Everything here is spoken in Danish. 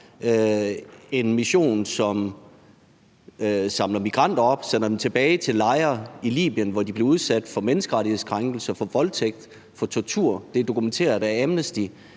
en mission, som samler migranter op, sender dem tilbage til lejre i Libyen, hvor de bliver udsat for menneskerettighedskrænkelser, for voldtægt, for tortur. Det er dokumenteret af Amnesty